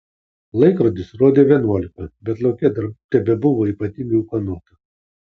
laikrodis rodė vienuolika bet lauke dar tebebuvo ypatingai ūkanota